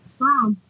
Wow